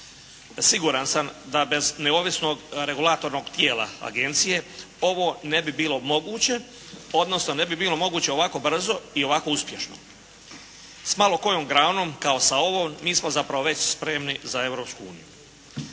Siguran sam da bez neovisnog regulatornog tijela agencije, ovo ne bi bilo moguće, odnosno ne bi bilo moguće ovako brzo i ovako uspješno. S malo kojom granom kao sa ovom, mi smo zapravo već spremni za